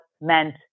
meant